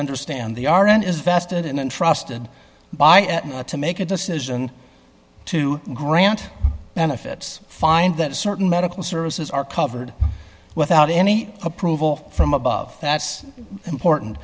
understand the r n is vested in and trusted by and to make a decision to grant benefits find that certain medical services are covered without any approval from above that's important